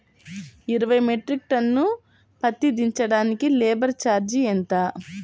ఇరవై metric ton పత్తి దించటానికి లేబర్ ఛార్జీ ఎంత?